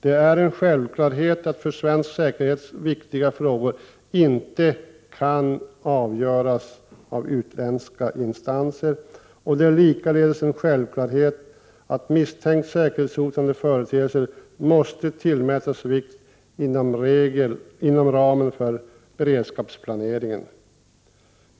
Det är en självklarhet att för svensk säkerhet viktiga frågor inte kan avgöras av utländska instanser. Det är likaledes en självklarhet att misstänkt säkerhetshotande företeelser måste tillmätas vikt inom ramen för beredskapsplaneringen.